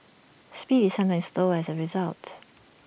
speed is sometimes slower as A result